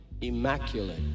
immaculate